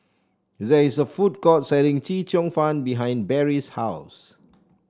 there is a food court selling Chee Cheong Fun behind Barrie's house